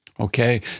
Okay